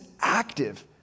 active